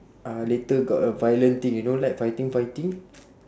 uh later got a violent thing you know like fighting fighting